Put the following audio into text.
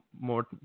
more